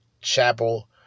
Chapel